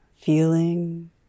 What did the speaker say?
feeling